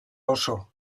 oso